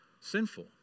sinful